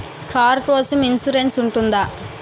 Car కోసం insurance ఉంటుందా?